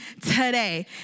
today